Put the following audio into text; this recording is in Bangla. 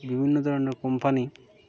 বিভিন্ন ধরনের কোম্পানি